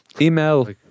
email